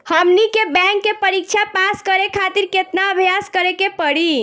हमनी के बैंक के परीक्षा पास करे खातिर केतना अभ्यास करे के पड़ी?